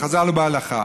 בחז"ל ובהלכה.